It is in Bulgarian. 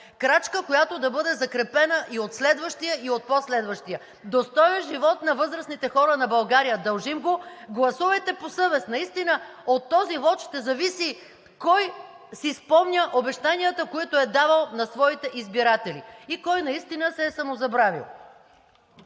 крачка, която да бъде закрепена и от следващия, и от по-следващия. Достоен живот на възрастните хора на България – дължим го. Гласувайте по съвест. Наистина от този вот ще зависи кой си спомня обещанията, които е давал на своите избиратели и кой наистина се е самозабравил.